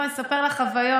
אני אספר לך חוויות,